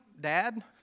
Dad